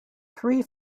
three